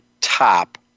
top